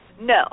No